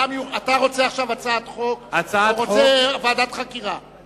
אתה רוצה עכשיו הצעת חוק או רוצה ועדת חקירה?